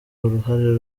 uruhare